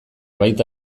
baita